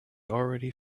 already